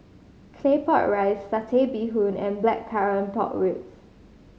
Claypot Rice Satay Bee Hoon and Blackcurrant Pork Ribs